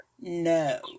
No